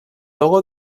logo